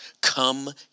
Come